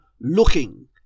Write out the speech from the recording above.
looking